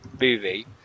movie